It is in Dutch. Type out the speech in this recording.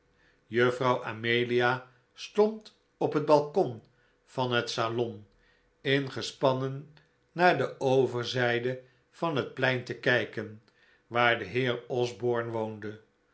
juffrouw amelia stond op het balkon van het salon ingespannen naar de overzijde van het plein te kijken waar de heer osborne woonde